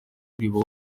tureba